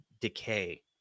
decay